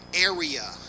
area